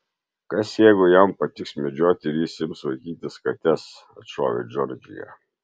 kas jeigu jam patiks medžioti ir jis ims vaikytis kates atšovė džordžija